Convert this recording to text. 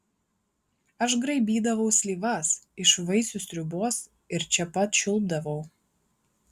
aš graibydavau slyvas iš vaisių sriubos ir čia pat čiulpdavau